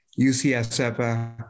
UCSF